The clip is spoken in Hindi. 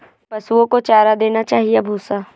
पशुओं को चारा देना चाहिए या भूसा?